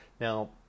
Now